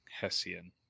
Hessian